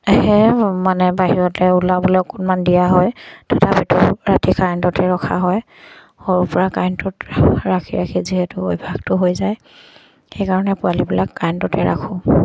হে মানে বাহিৰতে ওলাবলে অকণমান দিয়া হয় তাপা ভিতৰ ৰাতি কাৰেণ্টতে ৰখা হয় সৰুৰ পৰা কাৰেণ্টত ৰাখি ৰাখি যিহেতু অভ্যাসটো হৈ যায় সেইকাৰণে পোৱালিবিলাক কাৰেণ্টতে ৰাখোঁ